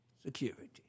security